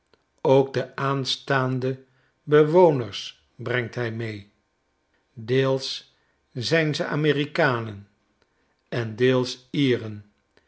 ook de aanstaande bewoners brengt hij mee deels zijn ze amerikanen en deels ieren